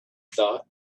thought